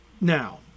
Now